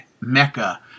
mecca